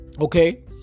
Okay